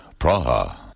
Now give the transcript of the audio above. Praha